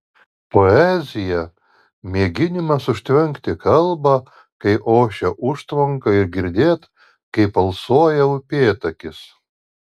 poezija mėginimas užtvenkti kalbą kai ošia užtvanka ir girdėt kaip alsuoja upėtakis